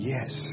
Yes